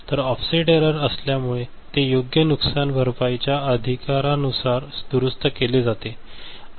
तर offset error असल्यामुळे ते योग्य नुकसानभरपाईच्या अधिकारानुसार दुरुस्त केले जाते